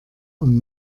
und